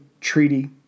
Treaty